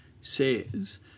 says